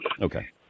Okay